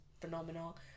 phenomenal